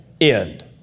end